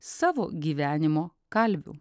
savo gyvenimo kalviu